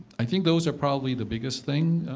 i think those are probably the biggest thing.